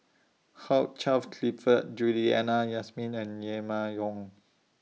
Hugh Charles Clifford Juliana Yasin and Yong